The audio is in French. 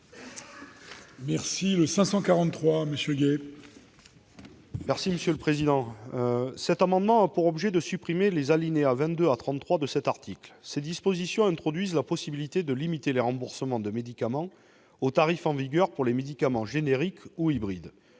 : La parole est à M. Fabien Gay. Cet amendement a pour objet de supprimer les alinéas 22 à 33 de cet article, qui introduisent la possibilité de limiter les remboursements de médicaments au tarif en vigueur pour les médicaments génériques ou hybrides.